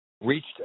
reached